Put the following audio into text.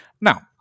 Now